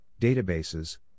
databases